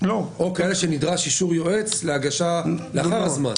או על כאלה שבהם נדרש אישור יועץ להגשה לאחר הזמן.